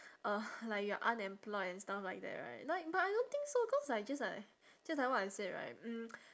uh like you are unemployed and stuff like that right like but I don't think so cause like just like just like what I said right mm